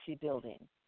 building